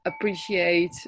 appreciate